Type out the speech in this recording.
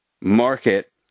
Market